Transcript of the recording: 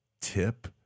tip